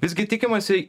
visgi tikimasi